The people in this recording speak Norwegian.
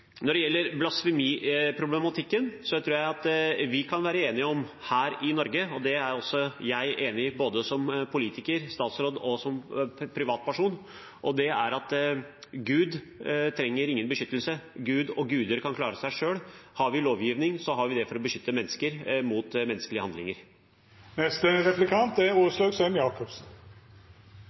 Når det gjelder blasfemiproblematikken, tror jeg at vi her i Norge kan være enige om – det er også jeg enig i både som politiker, statsråd og privatperson – at Gud trenger ingen beskyttelse, Gud og guder kan klare seg selv. Har vi lovgivning, har vi det for å beskytte mennesker mot menneskelige handlinger. Delt eierkonsentrasjon er